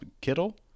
Kittle